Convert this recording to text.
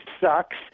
sucks